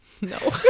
No